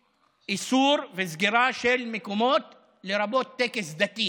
איסור וסגירה של מקומות, לרבות טקס דתי.